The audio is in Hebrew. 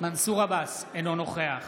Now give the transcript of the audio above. אינו נוכח